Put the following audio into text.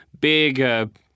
big